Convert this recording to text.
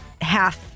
half